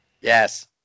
Yes